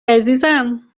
عزیزم